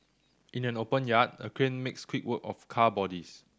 in an open yard a crane makes quick work of car bodies